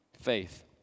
Faith